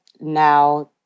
now